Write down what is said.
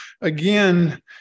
again